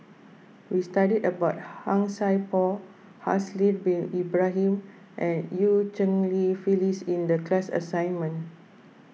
we studied about Han Sai Por Haslir Bin Ibrahim and Eu Cheng Li Phyllis in the class assignment